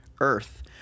earth